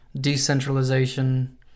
decentralization